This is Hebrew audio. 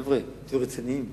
חבר'ה, תהיו רציניים.